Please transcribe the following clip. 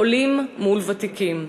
עולים מול ותיקים.